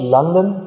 London